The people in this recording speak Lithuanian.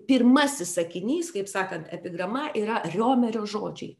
pirmasis sakinys kaip sakant epigrama yra riomerio žodžiai